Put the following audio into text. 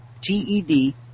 T-E-D